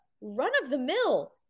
run-of-the-mill